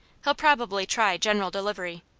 he'll probably try general delivery,